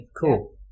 cool